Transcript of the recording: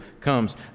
comes